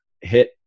hit